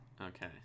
okay